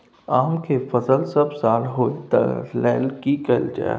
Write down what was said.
आम के फसल सब साल होय तै लेल की कैल जा सकै छै?